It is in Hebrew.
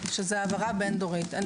שזה העברה בין-דורית.